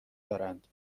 دارند